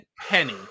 penny